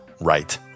right